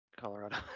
Colorado